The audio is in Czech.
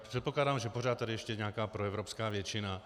Předpokládám, že pořád tady je ještě nějaká proevropská většina.